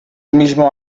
mismo